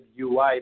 UI